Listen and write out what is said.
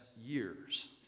years